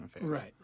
right